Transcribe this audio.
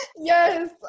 Yes